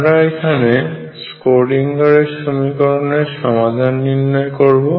আমরা এখানে স্ক্রোডিঙ্গারের সমীকরণSchrödinger equation এর সমাধান নির্ণয় করব